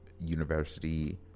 University